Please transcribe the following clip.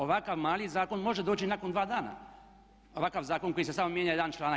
Ovakav mali zakon može doći nakon dva dana, ovakav zakon koji se samo mijenja jedan članak.